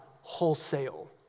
wholesale